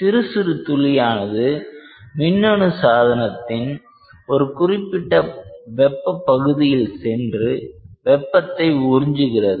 சிறு சிறு துளி ஆனது மின்னணு சாதனத்தின் ஒரு குறிப்பிட்ட வெப்ப பகுதியில் சென்று வெப்பத்தை உறிஞ்சுகிறது